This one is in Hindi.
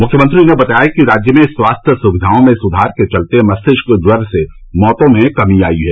मुख्यमंत्री ने बताया कि राज्य में स्वास्थ्य सुविधाओं में सुधार के चलते मस्तिष्क ज्वर से मौतों में कमी आई है